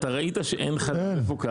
אתה ראית שאין חלב מפוקח.